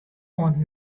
oant